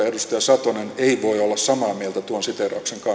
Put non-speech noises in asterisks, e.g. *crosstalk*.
*unintelligible* edustaja satonen ei voi olla samaa mieltä tuon siteerauksen kanssa